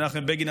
מנחם בגין,